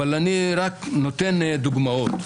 אבל אני רק נותן דוגמאות.